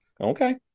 Okay